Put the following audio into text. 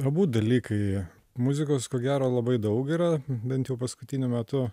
abu dalykai muzikos ko gero labai daug yra bent jau paskutiniu metu